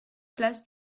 place